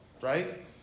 right